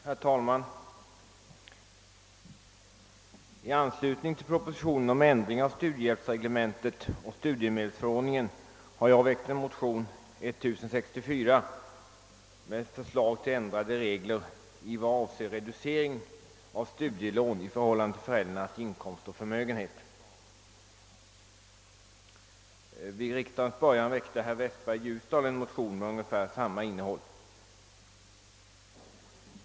Herr talman! I anslutning till propositionen om ändring i studiehjälpsreglementet och studiemedelsförordningen har jag väckt motionen II: 1064, likalydande med motionen 1:929 av herr Wirtén, med förslag till liberalisering av reglerna om reducering av studielånen i förhållande till föräldrarnas inkomst och förmögenhet. Vid riksdagens början väckte herr Westberg i Ljusdal en motion med ungefär samma innehåll.